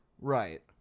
Right